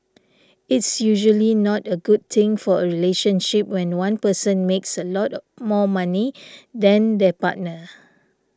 it's usually not a good thing for a relationship when one person makes a lot of more money than their partner